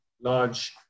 large